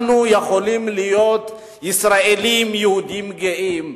אנחנו יכולים להיות ישראלים-יהודים גאים.